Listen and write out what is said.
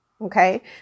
Okay